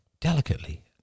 delicately